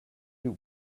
two